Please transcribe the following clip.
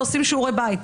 אנחנו עושים שיעורי בית.